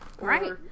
Right